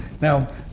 Now